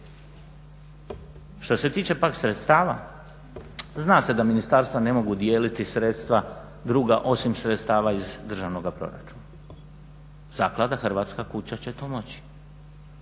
Što se tiče pak sredstava, zna se da ministarstva ne mogu dijeliti sredstva druga osim sredstava iz državnoga proračuna, zaklada "Hrvatska kuća" će to moći,